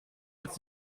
jetzt